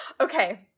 Okay